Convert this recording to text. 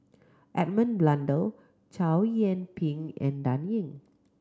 Edmund Blundell Chow Yian Ping and Dan Ying